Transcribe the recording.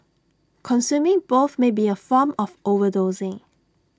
consuming both may be A form of overdosing